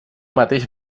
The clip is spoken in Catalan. mateix